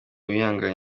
uwimpaye